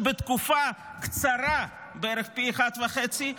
שבתקופה קצרה בערך פי אחד וחצי,